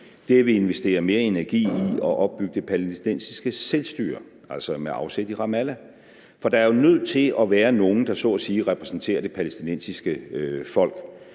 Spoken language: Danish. vi vil investere mere energi i at opbygge det palæstinensiske selvstyre, altså med afsæt i Ramallah. For der er jo nødt til at være nogle, der så at sige repræsenterer det palæstinensiske folk,